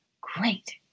Great